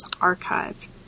archive